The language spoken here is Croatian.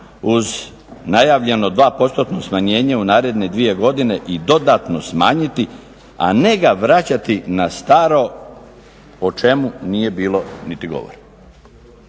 uz najavljeno dvopostotno smanjenje u naredne dvije godine i dodatno smanjiti, a ne ga vraćati na staro o čemu nije bilo niti govora.